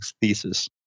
thesis